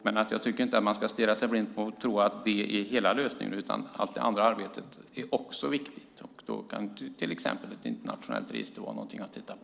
Jag tycker dock inte att man ska stirra sig blind på detta och tro att det är hela lösningen, för allt det andra arbetet är också viktigt. Då kan till exempel ett internationellt register vara någonting att titta på.